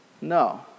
No